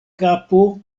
kapo